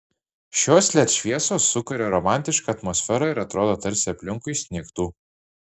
šios led šviesos sukuria romantišką atmosferą ir atrodo tarsi aplinkui snigtų